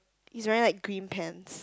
he's wearing like green pants